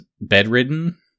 bedridden